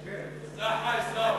סחה, עיסאווי.